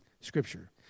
Scripture